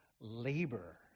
labor